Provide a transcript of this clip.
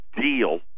deal